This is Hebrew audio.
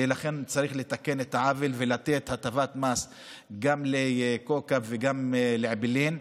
ולכן צריך לתקן את העוול ולתת הטבת מס גם לכאוכב וגם לאעבלין.